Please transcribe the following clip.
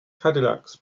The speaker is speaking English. cadillacs